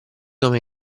come